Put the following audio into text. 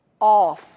off